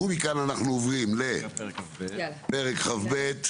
ומכאן אנחנו עוברים לפרק כ"ב.